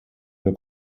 mir